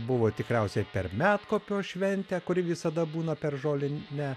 buvo tikriausiai per medkopio šventę kuri visada būna per žolinę